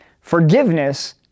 Forgiveness